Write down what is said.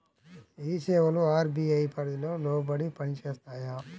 ఈ సేవలు అర్.బీ.ఐ పరిధికి లోబడి పని చేస్తాయా?